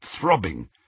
throbbing